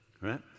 right